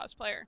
cosplayer